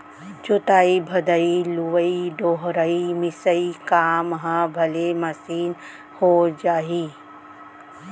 जोतइ भदई, लुवइ डोहरई, मिसाई काम ह भले मसीन हो जाही